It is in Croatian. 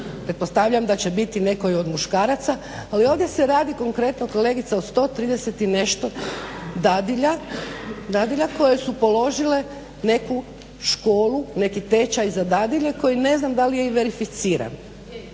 pretpostavljam da će biti netko i od muškaraca, ali ovdje se radi konkretno kolegice o 130 i nešto dadilja koje su položile neku školu neki tečaj za dadilje koje ne znam da li je verificiran?